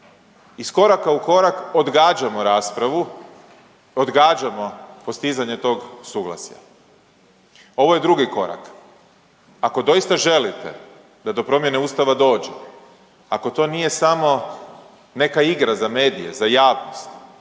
Iz koraka u korak odgađamo raspravu i odgađamo postizanje tog suglasja. Ovo je drugi korak, ako doista želite da do promjene ustava dođe, ako to nije samo neka igra za medije, za javnost